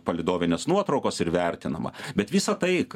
palydovinės nuotraukos ir vertinama bet visa tai